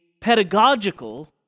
pedagogical